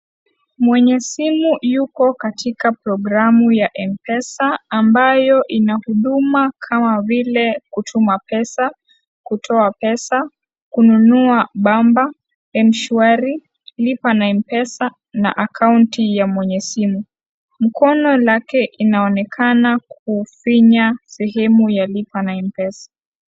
Mwenye simu yuko katika programu ya Mpesa. Ambayo ina huduma kama vile kutuma pesa, kutoa pesa, kununua bamba, Mshwari, lipa na Mpesa na akaunti ya mwenye simu. Mkono lake inaonekana kuufinya sehemu ya lipa na Mpesa.